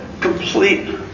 complete